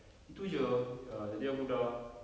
itu jer ah jadi aku sudah